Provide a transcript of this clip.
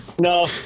No